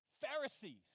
pharisees